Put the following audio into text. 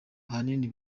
ahanini